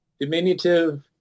diminutive